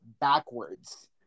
backwards